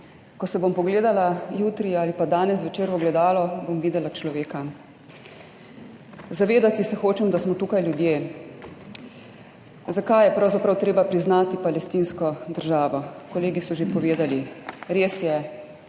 ko se bom pogledala jutri ali pa danes zvečer v ogledalo, bom videla človeka, zavedati se hočem, da smo tukaj ljudje. Zakaj je pravzaprav treba priznati Palestinsko državo? Kolegi so že povedali, res je,